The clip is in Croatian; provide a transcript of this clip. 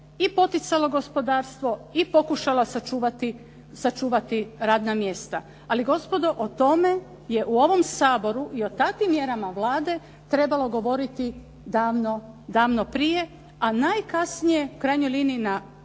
i poticalo gospodarstvo i pokušala sačuvati radna mjesta. Ali gospodo o tome je u ovom saboru i o takvim mjerama Vlade trebalo govoriti davno prije, a najkasnije u krajnjoj liniji na